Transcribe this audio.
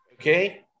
Okay